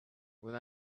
when